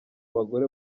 bagore